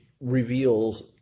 reveals